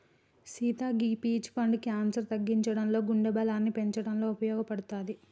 సీత గీ పీచ్ పండు క్యాన్సర్ తగ్గించడంలో గుండె బలాన్ని పెంచటంలో ఉపయోపడుతది